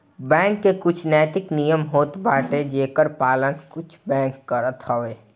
bank के कुछ नैतिक नियम होत बाटे जेकर पालन कुछ बैंक करत हवअ